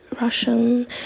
Russian